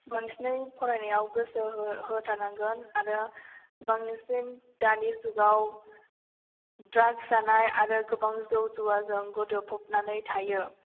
बांसिनै फरायनायाव गोसो हो होथारनांगोन आरो बांसिन दानि जुगाव द्राक्स जानाय आरो गोबां जौ जुवाजों गोदो फबनानै थायो